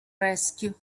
rescue